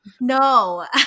No